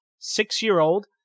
six-year-old